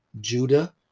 Judah